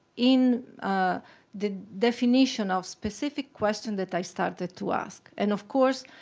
in the definition of specific question that i started to ask. and, of course,